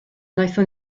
wnaethon